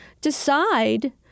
decide